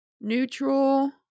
neutral